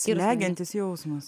slegiantis jausmas